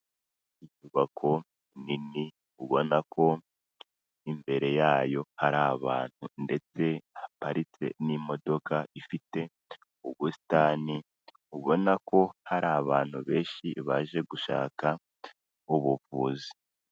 Inyubako nini ubona ko imbere yayo hari abantu ndetse haparitse n'imodoka, ifite ubusitani, ubona ko hari abantu benshi baje gushaka ubuvuzi.